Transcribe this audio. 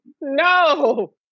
No